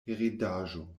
heredaĵo